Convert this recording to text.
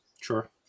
sure